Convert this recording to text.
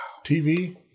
TV